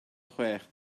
chwech